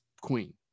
queen